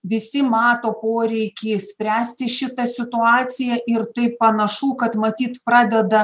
visi mato poreikį spręsti šitą situaciją ir tai panašu kad matyt pradeda